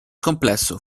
complesso